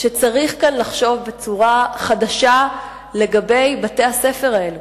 שצריך כאן לחשוב בצורה חדשה על בתי-הספר האלה.